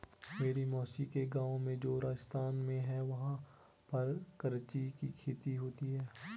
मेरी मौसी के गाँव में जो राजस्थान में है वहाँ पर कचरी की खेती होती है